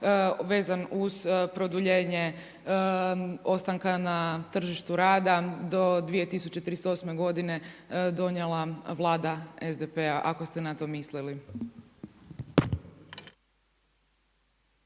vezan uz produljenje ostanka na tržištu rada do 2038. godine donijela vlada SDP-a ako ste na to mislili.